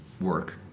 work